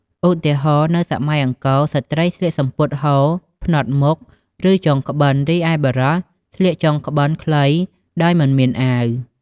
ឧទាហរណ៍ នៅសម័យអង្គរ ស្ត្រីស្លៀកសំពត់ហូលផ្នត់មុខ ឬចងក្បិន រីឯបុរសស្លៀកចងក្បិនខ្លីដោយមិនមានអាវ។